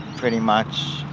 pretty much